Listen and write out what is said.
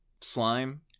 slime